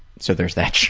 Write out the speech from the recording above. so there's that